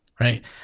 right